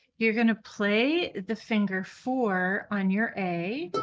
you're going to play the finger four on your a,